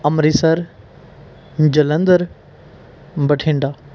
Amritsar Jalandhar Bathinda